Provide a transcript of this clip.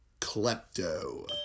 klepto